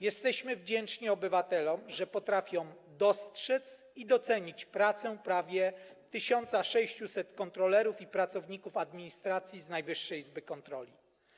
Jesteśmy wdzięczni obywatelom, że potrafią dostrzec i docenić pracę prawie 1600 kontrolerów i pracowników administracji z Najwyższej Izby Kontroli.